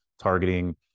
targeting